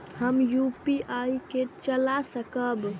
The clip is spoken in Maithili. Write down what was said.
हम यू.पी.आई के चला सकब?